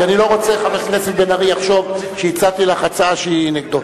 כי אני לא רוצה שחבר הכנסת בן-ארי יחשוב שהצעתי לך הצעה שהיא נגדו.